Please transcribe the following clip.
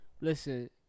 Listen